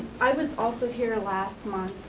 i was also here last month,